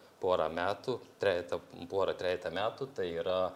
porą metų trejetą porą trejetą metų tai yra